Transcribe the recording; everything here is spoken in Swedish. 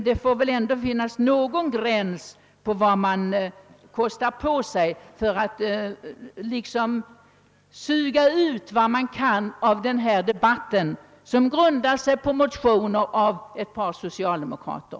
Det får väl ändå finnas någon gräns för vad man kostar på sig för att för det egna partiet suga ut vad man kan av debatten som dock grundar sig på motioner av ett par socialdemokrater.